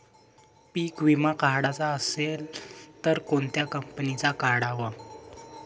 पीक विमा काढाचा असन त कोनत्या कंपनीचा काढाव?